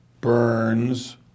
Burns